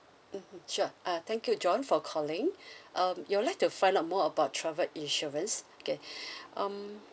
mmhmm sure uh thank you john for calling um you would like to find out more about travel insurance okay um